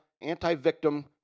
anti-victim